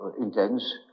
intense